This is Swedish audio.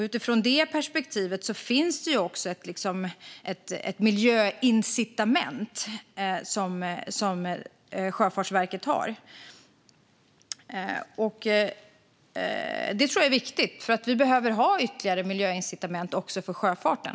Utifrån det perspektivet har Sjöfartsverket ett miljöincitament. Det tror jag är viktigt, för vi behöver ha ytterligare miljöincitament också för sjöfarten.